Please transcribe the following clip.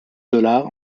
dollars